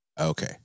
Okay